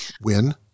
win